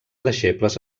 deixebles